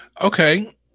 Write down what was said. okay